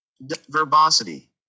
verbosity